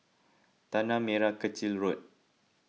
Tanah Merah Kechil Road